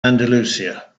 andalusia